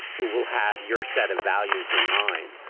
who will have your set of values in mind,